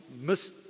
miss